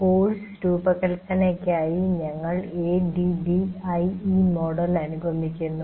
course രൂപകല്പനക്കായി ഞങ്ങൾ ADDIE model അനുഗമിക്കുന്നു